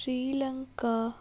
Sri Lanka